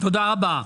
תודה רבה.